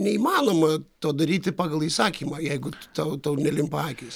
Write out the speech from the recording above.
neįmanoma to daryti pagal įsakymą jeigu tau tau nelimpa akys